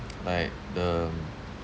like the um